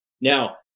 Now